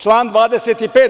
Član 25.